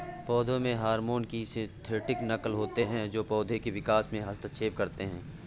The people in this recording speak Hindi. पौधों के हार्मोन की सिंथेटिक नक़ल होते है जो पोधो के विकास में हस्तक्षेप करते है